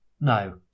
No